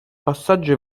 passaggio